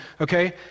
Okay